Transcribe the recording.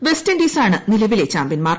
വെസ്റ്റിൻഡീസാണ് നിലവിലെ ചാമ്പ്യന്മാർ